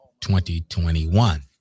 2021